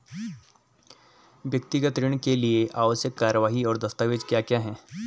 व्यक्तिगत ऋण के लिए आवश्यक कार्यवाही और दस्तावेज़ क्या क्या हैं?